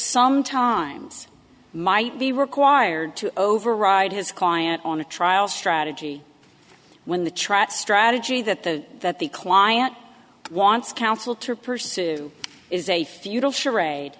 sometimes might be required to override his client on a trial strategy when the track strategy that the that the client wants counsel to pursue is a futile charade